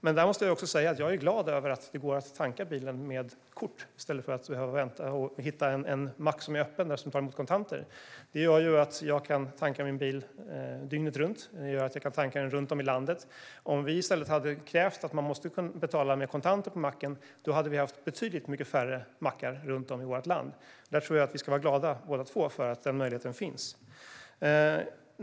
Men jag måste säga att jag är glad över att det går att tanka bilen med kort i stället för att behöva hitta en mack som är öppen och tar emot kontanter. Det gör att jag kan tanka min bil dygnet runt, runt om i landet. Om vi i stället hade krävt att man måste kunna betala med kontanter på macken hade vi haft betydligt färre mackar runt om i vårt land. Jag tror att vi båda två ska vara glada för att denna möjlighet finns.